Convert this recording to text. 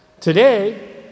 Today